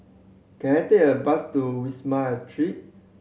can I take a bus to Wisma Atria